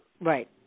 Right